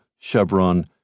Chevron